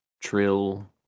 Trill